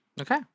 Okay